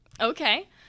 okay